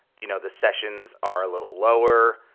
you know the sessions are a little lower.